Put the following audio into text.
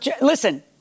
listen